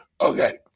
okay